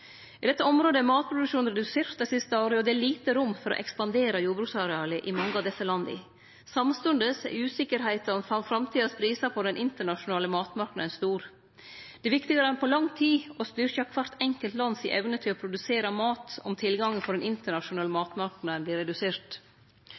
I dette området er matproduksjonen redusert dei siste åra, og det er lite rom for å ekspandere jordbruksarealet i mange av desse landa. Samstundes er usikkerheita om framtidas prisar på den internasjonale matmarknaden stor. Det er viktigare enn på lang tid å styrkje evna til kvart enkelt land til å produsere mat om tilgangen på den internasjonale